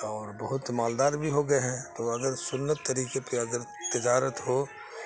اور بہت مالدار بھی ہو گئے ہیں تو اگر سنت طریقے پہ اگر تجارت ہو